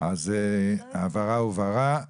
ההבהרה הובהרה.